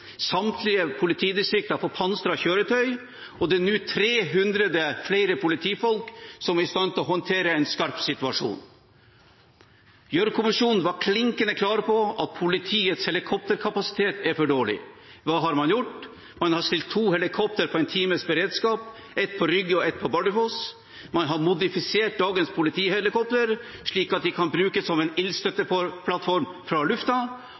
samtlige politidistrikt har fått pansret kjøretøy, og det er nå 300 flere politifolk som er i stand til å håndtere en skarp situasjon. Gjørv-kommisjonen var klinkende klar på at politiets helikopterkapasitet er for dårlig. Hva har man gjort? Man har stilt to helikopter på en times beredskap, ett på Rygge og ett på Bardufoss. Man har modifisert dagens politihelikopter, slik at de kan brukes som en ildstøtteplattform fra